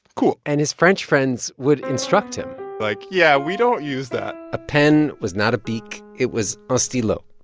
cool and his french friends would instruct him like, yeah, we don't use that a pen was not a beek it was un ah stylo.